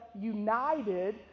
united